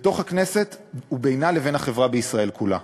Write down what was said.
בתוך הכנסת ובינה לבין החברה בישראל כולה.